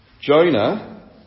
Jonah